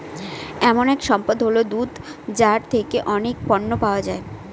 এমন এক সম্পদ হল দুধ যার থেকে অনেক পণ্য পাওয়া যায়